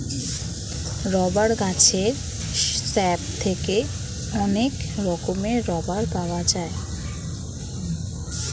rubber গাছের sap থেকে অনেক রকমের রাবার পাওয়া যায়